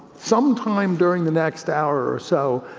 some time during the next hour or so